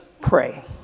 pray